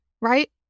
Right